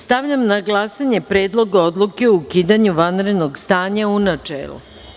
Stavljam na glasanje Predlog odluke o ukidanju vanrednog stanja, u načelu.